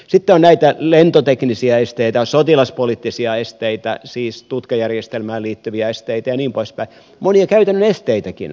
sitten on lentoteknisiä esteitä sotilaspoliittisia esteitä siis tutkajärjestelmään liittyviä esteitä ja niin poispäin monia käytännön esteitäkin